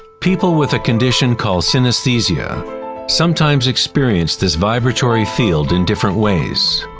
people with a condition called synesthesia sometimes experience this vibratory field in different ways.